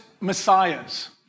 Messiahs